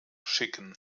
schicken